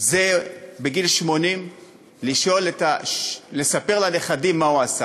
זה בגיל 80 לספר לנכדים מה הוא עשה